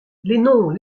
noms